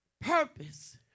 Purpose